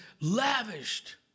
lavished